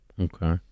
Okay